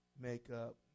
makeup